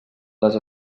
les